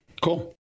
Cool